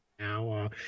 Now